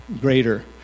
greater